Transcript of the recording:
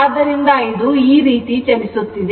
ಆದ್ದರಿಂದ ಇದು ಈ ರೀತಿ ಚಲಿಸುತ್ತಿದೆ